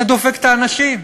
אתה דופק את האנשים.